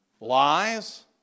lies